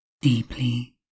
deeply